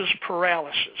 paralysis